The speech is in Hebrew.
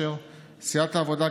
הרווחה.